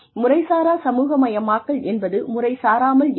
முறைசாரா சமூகமயமாக்கல் என்பது முறைசாராமல் இருக்கும்